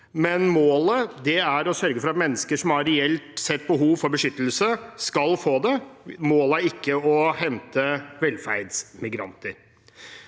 Målet er å sørge for at mennesker som reelt sett har behov for beskyttelse, skal få det. Målet er ikke å hente velferdsmigranter.